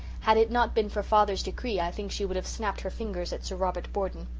had it not been for father's decree i think she would have snapped her fingers at sir robert borden.